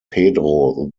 pedro